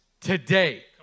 today